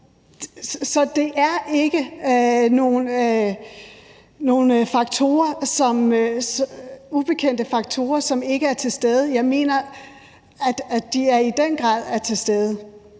Så det er ikke nogle ubekendte faktorer, som ikke er til stede. Jeg mener, at de i den grad er til stede.